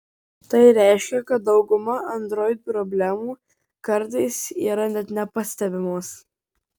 tai reiškia kad dauguma android problemų kartais yra net nepastebimos